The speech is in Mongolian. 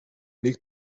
нэг